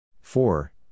Four